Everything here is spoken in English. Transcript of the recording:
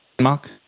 Mark